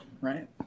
Right